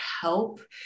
help